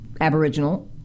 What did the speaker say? aboriginal